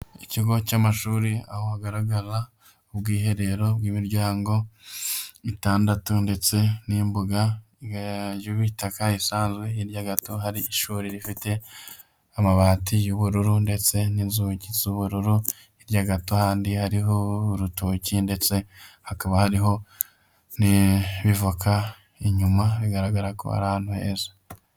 Ikigo cy'amashuri aho hagaragara ubwiherero bw'imiryango itandatu ndetse n'imbuga y'ibitaka isanzwe, hirya gato hari ishuri rifite amabati y'ubururu ndetse n'inzugi z'ubururu, hirya gato handi hariho urutoki ndetse hakaba hariho n'ibivoka inyuma bigaragara ko ari ahantu heza.